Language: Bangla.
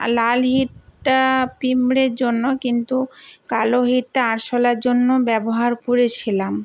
লাল হিটটা পিঁপড়ের জন্য কিন্তু কালো হিটটা আরশোলার জন্য ব্যবহার করেছিলাম